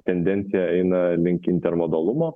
tendencija eina link intermodalumo